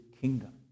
kingdom